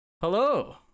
Hello